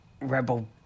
Rebel